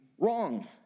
Wrong